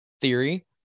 theory